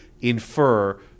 infer